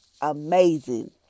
amazing